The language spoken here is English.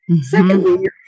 Secondly